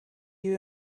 you